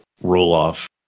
roll-off